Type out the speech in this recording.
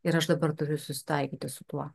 ir aš dabar turiu susitaikyti su tuo